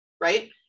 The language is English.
right